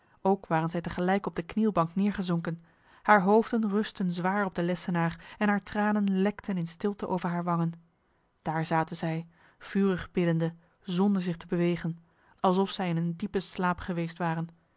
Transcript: ook waren zij tegelijk op de knielbank neergezonken haar hoofden rustten zwaar op de lessenaar en haar tranen lekten in stilte over haar wangen daar zaten zij vurig biddende zonder zich te bewegen alsof zij in een diepe slaap geweest waren